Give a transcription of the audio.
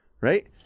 right